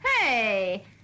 Hey